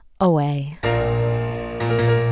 away